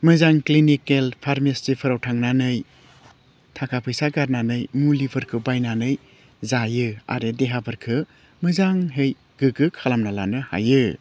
मोजां क्लिनिकेल फार्मासिफ्राव थांनानै थाखा फैसा गारनानै मुलिफोरखौ बायनानै जायो आरो देहाफोखौ मोजांहै गोग्गो खालामना लानो हायो